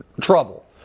trouble